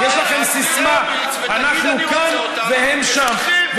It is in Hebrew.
יש לכם סיסמה: אנחנו כאן והם שם.